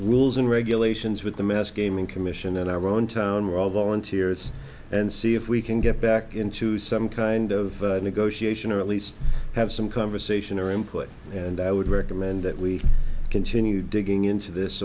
rules and regulations with the mass gaming commission in our own town we're all volunteers and see if we can get back into some kind of negotiation or at least have some conversation or input and i would recommend that we continue digging into this